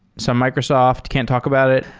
some microsoft? can't talk about it?